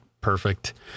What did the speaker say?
perfect